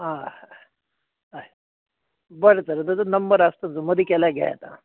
आं हय हय बरें तर दोतोर नंबर आसा तुजो मदी केल्यार घेयात आं